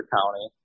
County